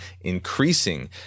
increasing